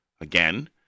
again